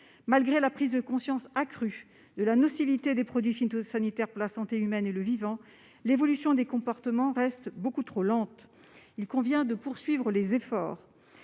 Malgré la prise de conscience accrue de la nocivité des produits phytosanitaires pour la santé humaine et le vivant, l'évolution des comportements reste beaucoup trop lente. Il convient de poursuivre les efforts